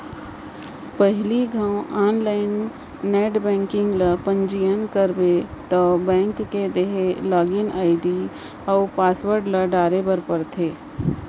पहिली घौं online net banking ल पंजीयन करबे तौ बेंक के देहे लागिन आईडी अउ पासवर्ड ल डारे बर परथे